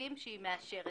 בצווים שהיא מאשרת.